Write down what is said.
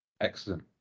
Excellent